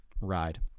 ride